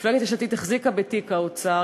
מפלגת יש עתיד החזיקה בתיק האוצר,